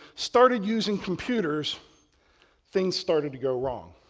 started using computers things started to go wrong.